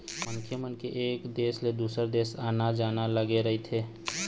मनखे मन के एक देश ले दुसर देश आना जाना लगे रहिथे